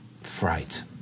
fright